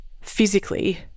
physically